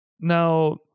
Now